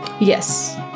yes